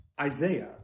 Isaiah